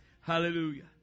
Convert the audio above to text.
Hallelujah